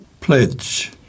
Pledge